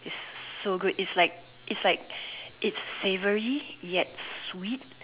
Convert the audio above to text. it's so good it's like it's like it's savoury yet sweet